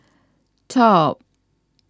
top